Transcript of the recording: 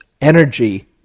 energy